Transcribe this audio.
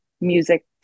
music